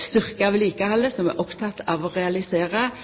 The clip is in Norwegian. styrkja vedlikehaldet, som